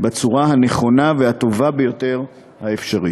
בצורה הנכונה והטובה ביותר האפשרית.